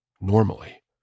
Normally